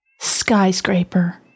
Skyscraper